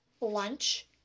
lunch